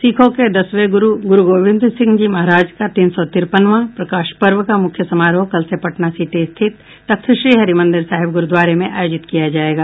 सिखों के दसवें गुरू गुरूगोविंद सिंह जी महाराज का तीन सौ तिरपनवां प्रकाश पर्व का मुख्य समारोह कल से पटना सिटी स्थित तख्तश्री हरिमंदिर साहिब गुरूद्वारे में आयोजित किया जायेगा